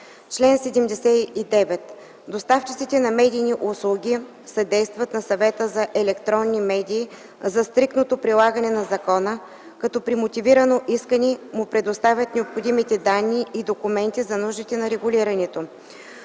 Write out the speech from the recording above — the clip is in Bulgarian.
„Чл. 79. Доставчиците на медийни услуги съдействат на Съвета за електронни медии за стриктното прилагане на закона, като при мотивирано искане му предоставят необходимите данни и документи за нуждите на регулирането.”